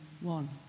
one